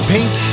Pink